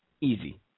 Easy